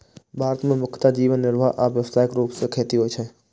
भारत मे मुख्यतः जीवन निर्वाह आ व्यावसायिक रूप सं खेती होइ छै